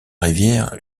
rivière